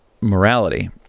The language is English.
morality